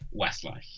Westlife